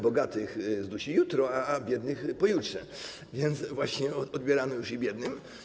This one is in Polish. Bogatych zdusi jutro, a biednych pojutrze”, właśnie odbierano już i biednym.